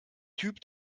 typ